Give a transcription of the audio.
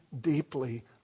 deeply